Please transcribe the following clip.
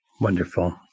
wonderful